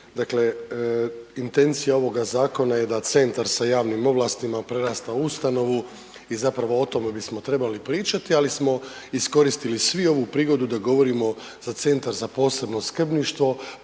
dakle intencija ovoga zakona je da centar sa javnim ovlastima prerasta u ustanovu i zapravo o tome bismo trebali pričati, ali smo iskoristili svi ovu prigodu da govorimo za Centar za posebno skrbništvo,